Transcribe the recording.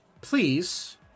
Please